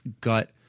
gut